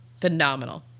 phenomenal